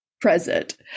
present